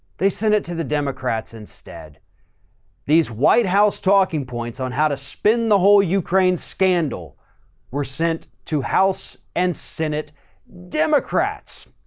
they sent it to the democrats. instead these white house talking points on how to spin the whole ukraine scandal were sent to house and senate democrats.